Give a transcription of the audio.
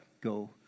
go